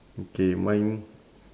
okay mine